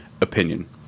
opinion